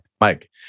Mike